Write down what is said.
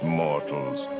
mortals